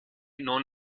non